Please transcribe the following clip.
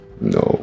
no